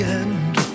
end